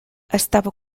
estava